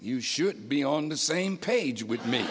you should be on the same page with me